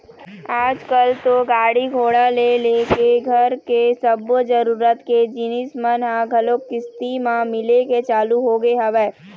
आजकल तो गाड़ी घोड़ा ले लेके घर के सब्बो जरुरत के जिनिस मन ह घलोक किस्ती म मिले के चालू होगे हवय